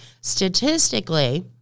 Statistically